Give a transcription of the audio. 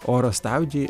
oro stabdžiai